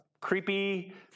creepy